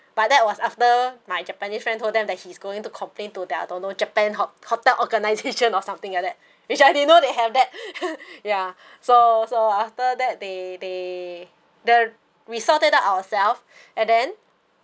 but that was after my japanese friend told them that he's going to complain to their don't know japan ho~ hotel organisation or something like that which I didn't know they have that ya so so after that they they we sorted it out ourselves and then